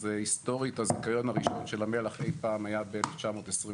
היסטורית הזיכיון הראשון של המלח אי פעם היה ב-1922.